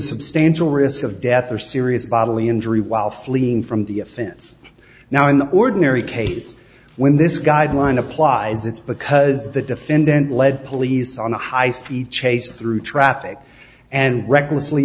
substantial risk of death or serious bodily injury while fleeing from the offense now in the ordinary cases when this guideline applies it's because the defendant led police on a high speed chase through traffic and recklessly